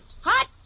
Hot